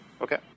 Okay